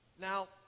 Now